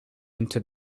into